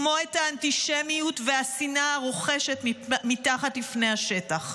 כמו את האנטישמיות והשנאה הרוחשות מתחת לפני השטח.